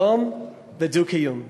שלום ודו-קיום.